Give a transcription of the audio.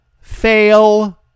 fail